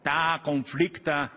tą konfliktą